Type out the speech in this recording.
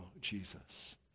Jesus